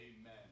Amen